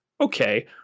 okay